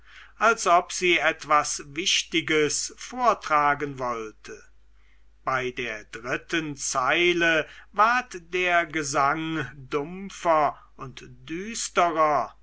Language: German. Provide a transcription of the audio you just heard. als ob sie etwas wichtiges vortragen wollte bei der dritten zeile ward der gesang dumpfer und düsterer